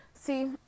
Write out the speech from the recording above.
See